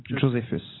Josephus